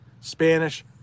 spanish